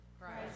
Christ